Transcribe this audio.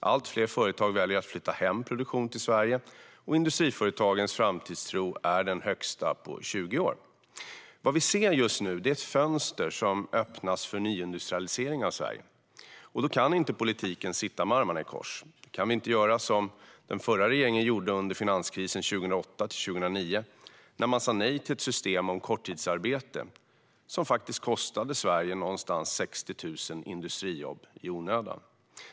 Allt fler företag väljer att flytta hem produktion till Sverige. Industriföretagens framtidstro är den högsta på 20 år. Vad vi ser just nu är ett fönster som öppnas för nyindustrialisering av Sverige. Då kan inte politiken sitta med armarna i kors. Då kan vi inte göra som den förra regeringen gjorde under finanskrisen 2008-2009, då man sa nej till ett system med korttidsarbete. Detta kostade Sverige ungefär 60 000 industrijobb i onödan.